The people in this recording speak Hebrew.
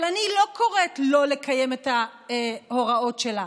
אבל אני לא קוראת לא לקיים את ההוראות שלה.